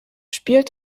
spielt